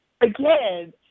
again